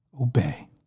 obey